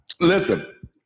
Listen